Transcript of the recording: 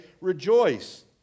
rejoice